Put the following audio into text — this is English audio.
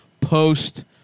post